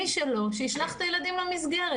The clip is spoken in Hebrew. מי שלא שישלח את הילדים למסגרת.